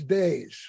days